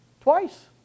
Twice